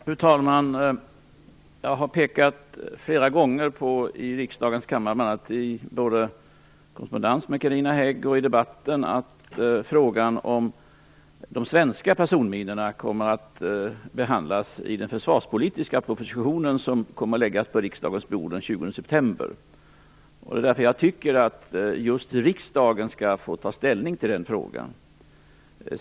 Fru talman! Jag har flera gånger, både i korrespondens med Carina Hägg och i debatten i riksdagens kammare, pekat på att frågan om de svenska personminorna kommer att behandlas i den försvarspolitiska proposition som kommer att läggas fram på riksdagens bord den 20 september. Jag tycker att just riksdagen skall få ta ställning till den frågan.